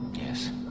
Yes